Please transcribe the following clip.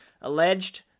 alleged